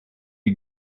you